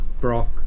Brock